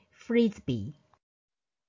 frisbee